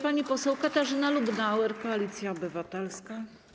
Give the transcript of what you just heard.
Pani poseł Katarzyna Lubnauer, Koalicja Obywatelska.